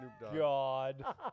God